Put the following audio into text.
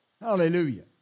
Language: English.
Hallelujah